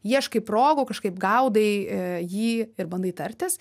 ieškai progų kažkaip gaudai jį ir bandai tartis